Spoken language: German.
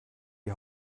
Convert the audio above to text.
die